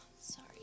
Sorry